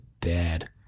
dad